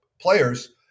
players